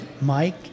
Mike